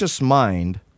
mind